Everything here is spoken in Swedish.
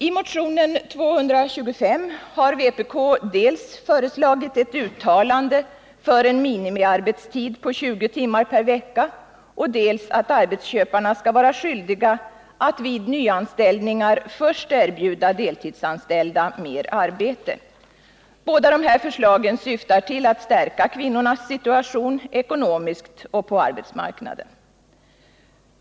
I motionen 225 har vpk föreslagit dels ett uttalande för en minimiarbetstid på 20 timmar per vecka, dels att arbetsköparna skall vara skyldiga att vid nyanställningar först erbjuda deltidsanställda mera arbete. Båda dessa förslag syftar till att stärka kvinnornas situation ekonomiskt och på arbetsmarknaden.